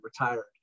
retired